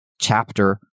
chapter